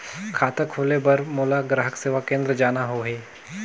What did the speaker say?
खाता खोले बार मोला ग्राहक सेवा केंद्र जाना होही?